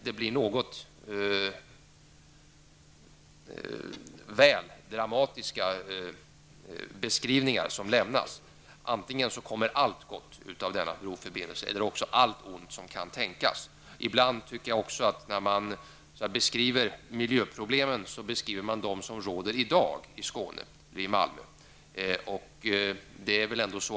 Det blir något väl dramatiska beskrivningar som lämnas; antingen kommer allt gott av denna broförbindelse eller också allt ont som kan tänkas. Jag menar också att en del debattörer i sina beskrivningar av miljöproblemen beskriver problem som råder i dag i Malmö och i Skåne.